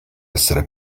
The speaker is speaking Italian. essere